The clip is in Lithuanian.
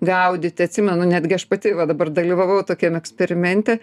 gaudyti atsimenu netgi aš pati va dabar dalyvavau tokiam eksperimente